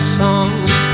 songs